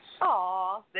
Aw